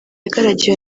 agaragiwe